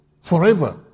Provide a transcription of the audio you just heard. forever